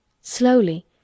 Slowly